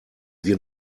wir